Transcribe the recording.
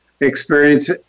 experience